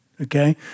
Okay